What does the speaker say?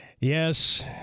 Yes